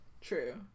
True